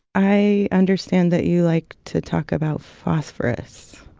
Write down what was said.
i understand that you like to talk about phosphorus